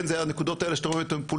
זה הנקודות האלה שאתם רואים פולין